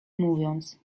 mówiąc